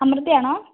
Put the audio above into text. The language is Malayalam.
അമൃതയാണോ